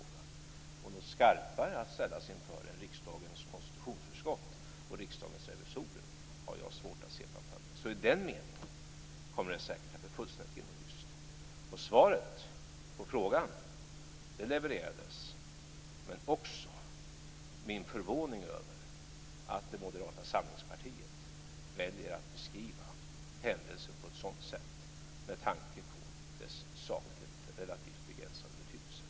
Något skarpare att ställas inför än riksdagens konstitutionsutskott och Riksdagens revisorer har jag svårt att se framför mig, så i den meningen kommer detta säkert att bli fullständigt genomlyst. Svaret på frågan levererades, men också min förvåning över att Moderata samlingspartiet väljer att beskriva händelsen på ett sådant här sätt, med tanke på dess sakligt relativt begränsade betydelse.